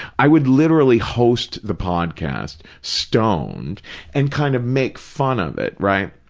i would literally host the podcast stoned and kind of make fun of it, right.